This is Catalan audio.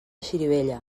xirivella